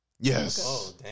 Yes